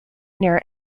near